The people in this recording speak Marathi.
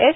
एस